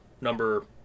number